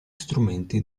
strumenti